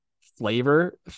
flavor